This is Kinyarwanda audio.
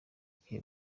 gihe